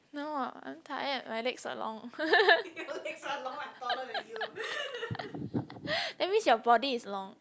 no I'm tired my legs are long that means your body is long